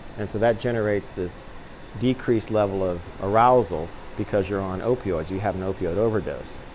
and so that generates this decreased level of arousal because you're on opioids. you have an opiate overdose.